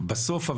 אבל בסוף,